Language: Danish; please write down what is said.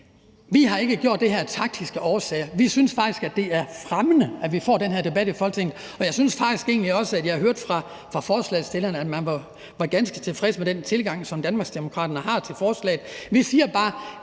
har gjort det her af taktiske årsager. Vi synes faktisk, det er fremmende, at vi får den her debat i Folketinget, og jeg synes egentlig også, jeg hørte fra forslagsstillerne, at man var ganske tilfreds med den tilgang, som Danmarksdemokraterne har til forslaget. Vi siger bare,